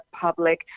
public